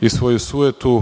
i svoju sujetu